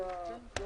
תודה.